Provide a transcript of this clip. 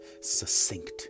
succinct